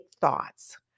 thoughts